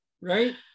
right